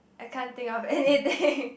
I can't think of anything